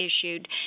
issued